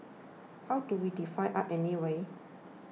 how do we define art anyway